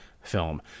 film